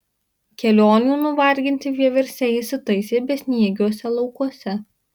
kelionių nuvarginti vieversiai įsitaisė besniegiuose laukuose